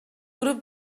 grupo